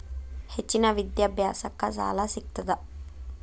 ಹೆಚ್ಚಿನ ವಿದ್ಯಾಭ್ಯಾಸಕ್ಕ ಸಾಲಾ ಸಿಗ್ತದಾ?